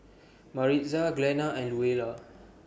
Maritza Glenna and Luella